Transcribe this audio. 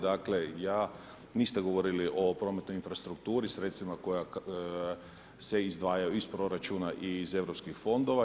Dakle, ja, niste govorili o prometnoj infrastrukturi sredstvima koja se izdvajaju i iz proračuna i iz europskih fondova.